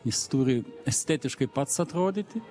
jis turi estetiškai pats atrodyti